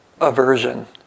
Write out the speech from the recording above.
aversion